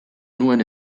nuen